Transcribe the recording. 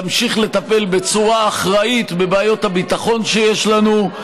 תמשיך לטפל בצורה אחראית בבעיות הביטחון שיש לנו.